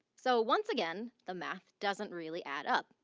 so, once again, the math doesn't really add up.